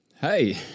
Hey